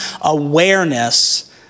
awareness